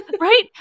right